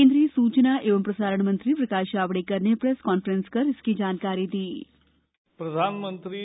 केंद्रीय सूचना एवं प्रसारण मंत्री प्रकाश जावड़ेकर ने प्रेस कांफ्रेंस कर इसकी जानकारी दी